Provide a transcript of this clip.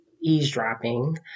eavesdropping